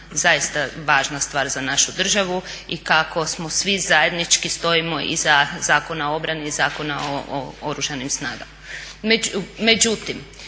zaista važna stvar za našu državu i kako smo svi zajednički stojimo iza Zakona o obrani i Zakona o Oružanim snagama.